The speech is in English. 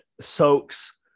soaks